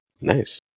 Nice